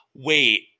Wait